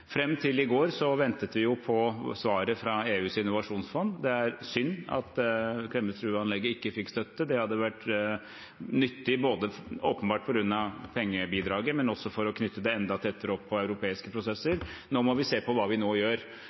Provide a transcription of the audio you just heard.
til i går ventet vi på svaret fra EUs innovasjonsfond. Det er synd at Klemetsrudanlegget ikke fikk støtte. Det hadde vært nyttig, åpenbart på grunn av pengebidraget, men også for å knytte det enda tettere opp mot europeiske prosesser. Nå må vi se på hva vi nå gjør.